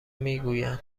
میگویند